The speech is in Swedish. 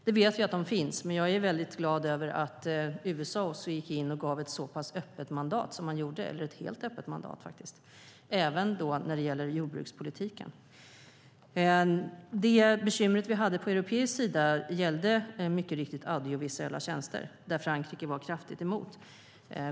Vi vet att de delarna finns, men jag är glad över att USA gick in och gav ett så pass öppet mandat, eller faktiskt ett helt öppet mandat, även när det gäller jordbrukspolitiken. Det bekymmer vi hade på europeisk sida gällde mycket riktigt audiovisuella tjänster där Frankrike var kraftigt emot.